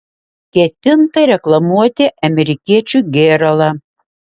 ketinta reklamuoti amerikiečių gėralą